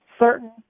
certain